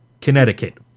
Connecticut